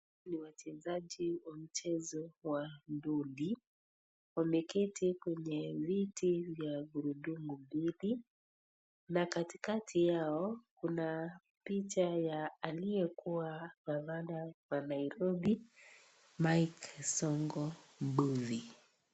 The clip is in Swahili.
Ni wachezaji wa mchezo wa nduthi, wameketi kwenye viti vya gururdumu mbili na katikati yao kuna picha ya aliyekua gavana wa Nairobi Mike Sonko Mbuthi.